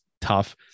tough